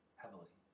heavily